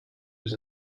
was